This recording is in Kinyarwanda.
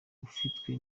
ufitwe